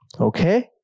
Okay